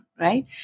Right